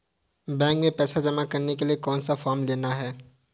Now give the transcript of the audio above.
Bank में पैसा जमा करने के लिए कौन सा फॉर्म लेना है?